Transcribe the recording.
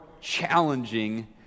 challenging